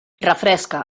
refresca